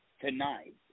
tonight